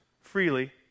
freely